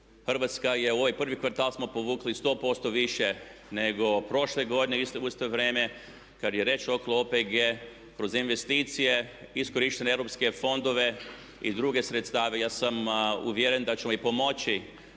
Hrvatska je u ovom prvom kvartalu povukla 100% više nego prošle godine u isto vrijeme kad je riječ o OPG-u. Kroz investicije, iskorišteni su EU fondovi i druga sredstva. Ja sam uvjeren da ćemo i pomoći